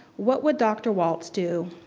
what would dr. walts do?